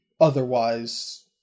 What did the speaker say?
otherwise